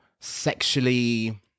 sexually